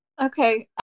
Okay